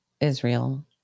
Israel